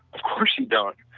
of course you don't.